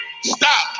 Stop